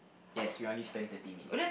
yes we only spent thirty minute